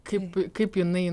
kaip kaip jinai